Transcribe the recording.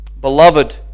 Beloved